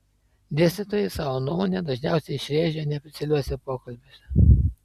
dėstytojai savo nuomonę dažniausiai išrėžia neoficialiuose pokalbiuose